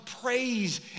praise